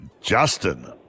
Justin